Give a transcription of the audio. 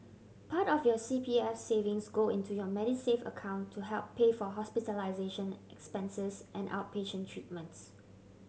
part of your C P S savings go into your Medisave account to help pay for hospitalization expenses and outpatient treatments